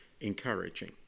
encouraging